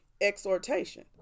exhortation